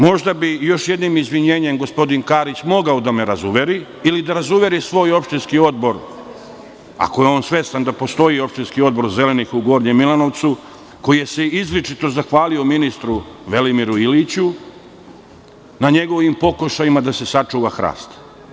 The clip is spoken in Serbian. Možda bi još jedni izvinjenjem gospodin Karić mogao da me razuveri ili da razuveri svoj opštinski odbor, ako je on svestan da postoji opštinski odbor Zelenih u Gornjem Milanovcu, koji se izričito zahvalio ministru Velimiru Iliću na njegovim pokušajima da se sačuva hrast.